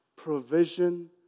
provision